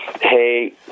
hey